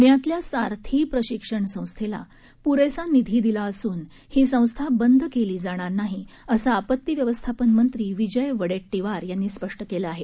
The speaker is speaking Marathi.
पुण्यातल्या सारथी प्रशिक्षण संस्थेला पुरेसा निधी दिला असून ही संस्था बंद केली जाणार नाही असं आपत्ती व्यवस्थापन मंत्री विजय वडेट्टीवार यांनी स्पष्ट केलं आहे